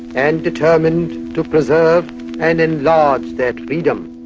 and determined to preserve and enlarge that freedom.